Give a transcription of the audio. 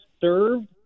served